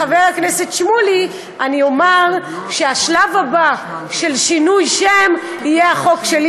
לחבר הכנסת שמולי אני אומר שהשלב הבא של שינוי שם יהיה החוק שלי